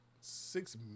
six